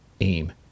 aim